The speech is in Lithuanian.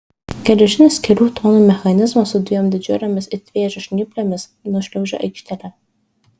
geležinis kelių tonų mechanizmas su dviem didžiulėmis it vėžio žnyplėmis nušliaužė aikštele